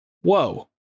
whoa